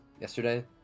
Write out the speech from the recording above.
yesterday